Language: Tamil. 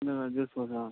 இல்லை